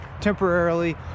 temporarily